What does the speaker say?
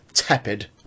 tepid